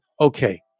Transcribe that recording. Okay